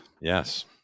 Yes